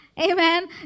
amen